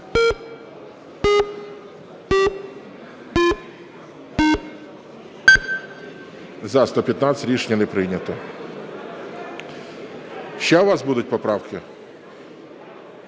За-115 Рішення не прийнято. Ще у вас будуть поправки?